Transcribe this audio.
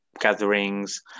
gatherings